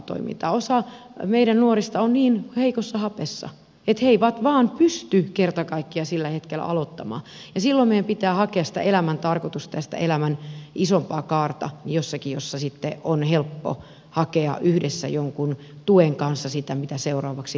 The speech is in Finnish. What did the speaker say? osa meidän nuorista on niin heikossa hapessa että he eivät vain pysty kerta kaikkiaan sillä hetkellä aloittamaan ja silloin meidän pitää hakea sitä elämän tarkoitusta ja sitä elämän isompaa kaarta jossakin missä sitten on helppo hakea yhdessä jonkun tuen kanssa sitä mitä seuraavaksi tehdään